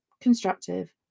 constructive